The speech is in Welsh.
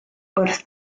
wrth